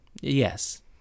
Yes